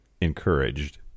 encouraged